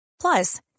Plus